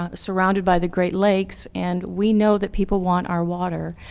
um surrounded by the great lakes, and we know that people want our water.